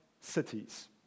cities